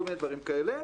כל מיני דברים כאלה,